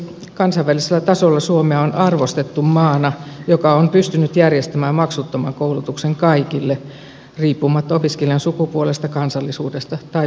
kansainvälisellä tasolla suomea on arvostettu maana joka on pystynyt järjestämään maksuttoman koulutuksen kaikille riippumatta opiskelijan sukupuolesta kansallisuudesta tai varallisuudesta